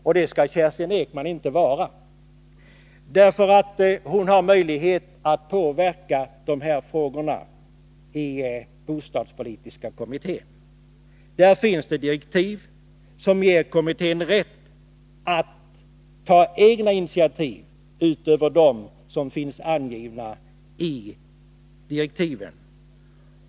Men det skall inte Kerstin Ekman vara. Hon har nämligen möjlighet att påverka dessa frågor i bostadspolitiska kommittén. Kommittén har rätt att ta egna initiativ utöver dem som anges i direktiven.